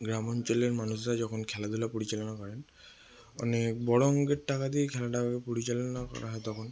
গ্রামাঞ্চলের মানুষরা যখন খেলাধূলা পরিচালনা করেন অনেক বড় অঙ্কের টাকা দিয়ে খেলাটা পরিচালনা করা হয় তখন